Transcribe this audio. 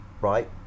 right